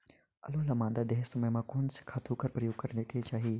आलू ल मादा देहे समय म कोन से खातु कर प्रयोग करेके चाही?